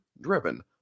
driven